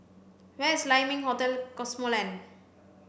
where is Lai Ming Hotel Cosmoland